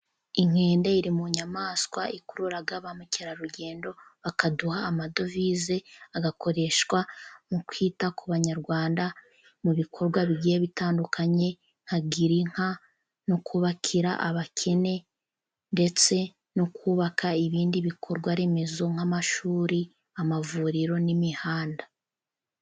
Inkende iri mu nyamaswa ikurura ba mukerarugendo, bakaduha amadovize agakoreshwa mu kwita ku banyarwanda, mu bikorwa bigiye bitandukanye nka girinka no kubakira abakene, ndetse no kubaka ibindi bikorwa remezo nk'amashuri, amavuriro n'imihanda.